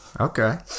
Okay